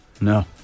no